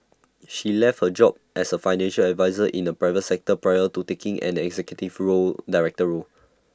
she left her job as A financial adviser in the private sector prior to taking and the executive floo director role